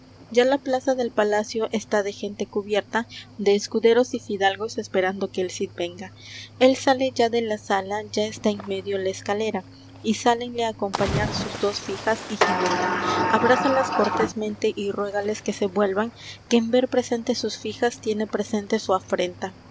ya la plaza del palacio está de gente cubierta de escuderos y fidalgos esperando que el cid venga él sale ya de la sala ya está en medio la escalera y sálenle á acompañar sus dos fijas y jimena abrázalas cortésmente y ruégales que se vuelvan que en ver presentes sus fijas tiene presente su afrenta